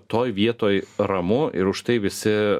toj vietoj ramu ir užtai visi